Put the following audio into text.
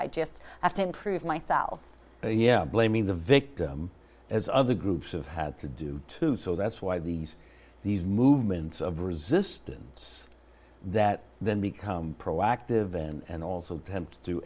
i just have to improve myself here blaming the victim as other groups of had to do too so that's why these these movements of resistance that then become proactive and also te